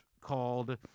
called